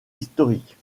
historiques